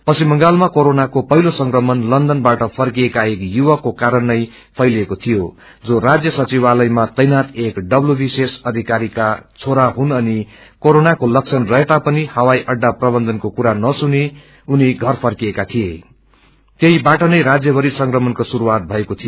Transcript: पश्चिम बंगालमा कोरोनाको पहिलो संक्रमण लन्दन बाट फर्किएका एक युवकको कारणनै फैलिएको थियो जो राज्य सचिवातयमा तैनात एक डब्ल्यू बीसीएस अधिक्परीका छोरा हुने अनि कोरोनाको लक्षण रहेतापनि हवाई अहा प्रबन्धनको कुरा नसुनी उ घर फर्किएका थिएं तयही बाट नै राज्यभरि संक्रमणको श्रुरूआत भएको थियो